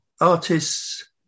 artists